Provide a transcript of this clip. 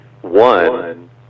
one